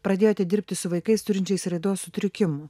pradėjote dirbti su vaikais turinčiais raidos sutrikimų